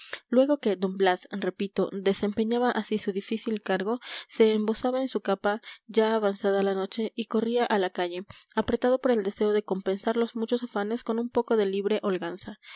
luego que d blas repito desempeñaba así su difícil cargo se embozaba en su capa ya avanzada la noche y corría a la calle apretado por el deseo de compensar los muchos afanes con un poco de libre holganza